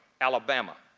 alabama,